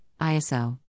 ISO